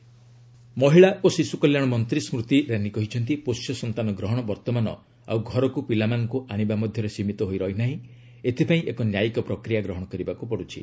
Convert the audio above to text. Irani adoption ମହିଳା ଓ ଶିଶୁ କଲ୍ୟାଣ ମନ୍ତ୍ରୀ ସ୍କୃତି ଇରାନୀ କହିଛନ୍ତି ପୋଷ୍ୟ ସନ୍ତାନ ଗ୍ରହଣ ବର୍ତ୍ତମାନ ଆଉ ଘରକୁ ପିଲାମାନଙ୍କୁ ଆଶିବା ମଧ୍ୟରେ ସୀମିତ ହୋଇ ରହିନାହିଁ ଏଥିପାଇଁ ଏକ ନ୍ୟାୟିକ ପ୍ରକ୍ରିୟା ଗ୍ରହଣ କରିବାକୁ ପଡୁଛି